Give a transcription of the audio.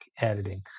editing